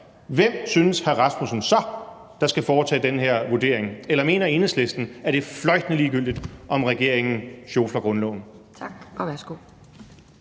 Hvem synes hr. Søren Egge Rasmussen så skal foretage den her vurdering? Eller mener Enhedslisten, at det er fløjtende ligegyldigt, om regeringen sjofler grundloven?